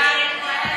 של חברת